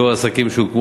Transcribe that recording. השר,